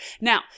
Now